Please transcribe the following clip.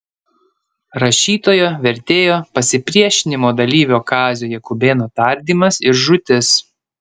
rašytojo vertėjo pasipriešinimo dalyvio kazio jakubėno tardymas ir žūtis